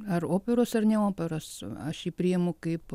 ar operos ar ne operos aš jį priimu kaip